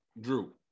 Drew